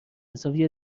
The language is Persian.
حسابی